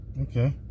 okay